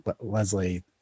Leslie